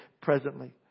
presently